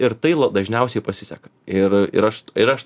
ir tai dažniausiai pasiseka ir ir aš ir aš